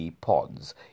pods